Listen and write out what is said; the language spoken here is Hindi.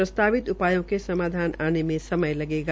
प्रस्तावित उपायों के समाधान आने में समय लगेगा